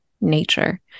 nature